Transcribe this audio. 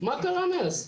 מה קרה מאז?